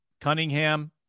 Cunningham